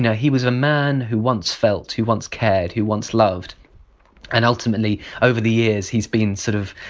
yeah he was a man who once felt, who once cared, who once loved and ultimately over the years he's been sort of